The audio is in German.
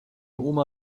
oma